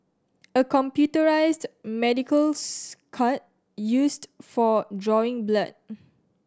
a computerised medicals cart used for drawing blood